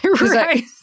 Right